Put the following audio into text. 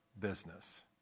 business